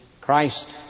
Christ